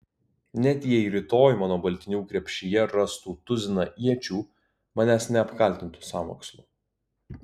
net jei rytoj mano baltinių krepšyje rastų tuziną iečių manęs neapkaltintų sąmokslu